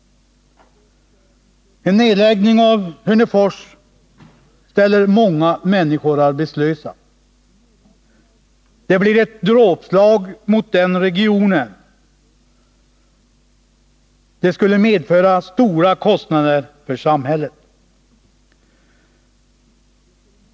En nedläggning av Hörnefors ställer många människor arbetslösa. Det blir ett dråpslag mot den regionen, och det skulle medföra stora kostnader för samhället.